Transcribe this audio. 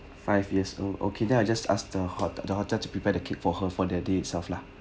five years old okay then I'll just ask the hot~ the hotel to prepare the cake for her for that day itself lah